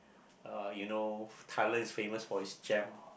uh you know Thailand is famous for its jam